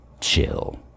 Chill